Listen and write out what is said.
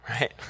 right